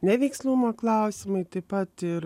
neveiksnumo klausimai taip pat ir